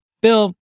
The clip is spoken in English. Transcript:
Bill